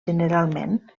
generalment